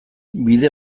bide